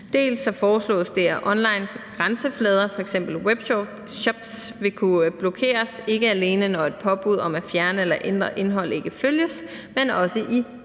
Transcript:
dels foreslås det, at onlinegrænseflader, f.eks. webshops, vil kunne blokeres, ikke alene når et påbud om at fjerne eller ændre indhold ikke følges, men også i